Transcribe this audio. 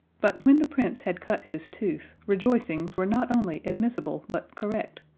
but when the prince had cut his tooth, rejoicings were not only admissible but correct,